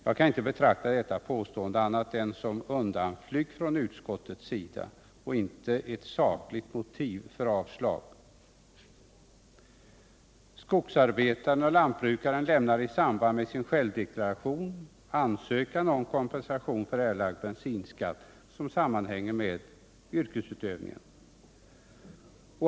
Jag kan inte betrakta det som annat än en undanflykt från utskottets sida; det är inte ett sakligt motiv för avslag. Skogsarbetaren och lantbrukaren lämnar i samband med sin självdeklaration ansökan om kompensation för erlagd bensinskatt som sammanhänger med yrkesutövningen.